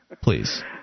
please